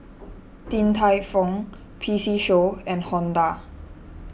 Din Tai Fung P C Show and Honda